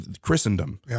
Christendom